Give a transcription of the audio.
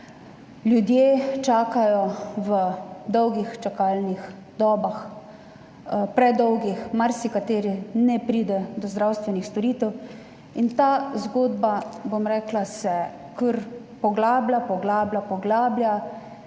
Ljudje čakajo v dolgih čakalnih dobah, predolgih, marsikateri ne pride do zdravstvenih storitev, in ta zgodba se kar poglablja, poglablja, poglablja